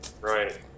right